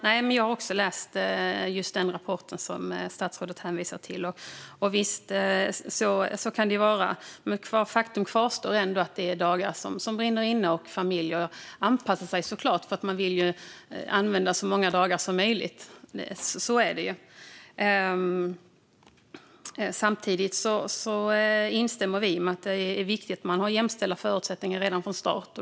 Fru talman! Jag har också läst den rapport som statsrådet hänvisar till. Och visst, så kan det ju vara. Men faktum kvarstår ändå att det är dagar som brinner inne, och familjer anpassar sig såklart för att man vill använda så många dagar som möjligt. Samtidigt instämmer vi i att det är viktigt att ha jämställda förutsättningar redan från start.